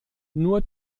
nur